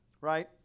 right